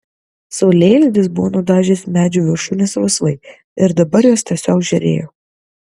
saulėlydis buvo nudažęs medžių viršūnes rausvai ir dabar jos tiesiog žėrėjo